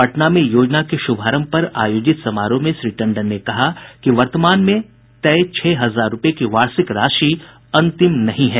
पटना में योजना के शुभारंभ पर आयोजित समारोह में श्री टंडन ने कहा कि वर्तमान में तय छह हजार रूपये की वार्षिक राशि अंतिम नहीं है